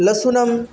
लसुनं